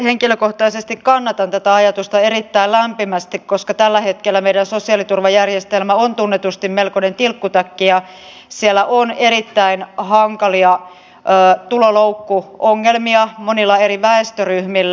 henkilökohtaisesti kannatan tätä ajatusta erittäin lämpimästi koska tällä hetkellä meidän sosiaaliturvajärjestelmä on tunnetusti melkoinen tilkkutäkki ja siellä on erittäin hankalia tuloloukkuongelmia monilla eri väestöryhmillä